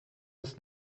was